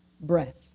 breath